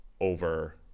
over